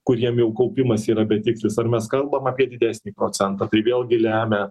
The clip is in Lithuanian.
kuriem jau kaupimas yra betikslis ar mes kalbam apie didesnį procentą tai vėlgi lemia